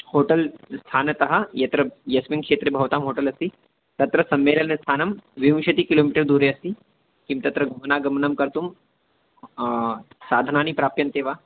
hotel स्थानतः यत्र यस्मिन् क्षेत्रे भवतां होटल् अस्ति तत्र सम्मेलनस्थानं विंशतिः किलोमीटर् दूरे अस्ति किं तत्र गमनागमनं कर्तुं साधनानि प्राप्यन्ते वा